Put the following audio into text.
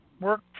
work